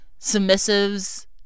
submissives